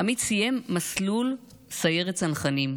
עמית סיים מסלול בסיירת צנחנים.